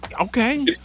okay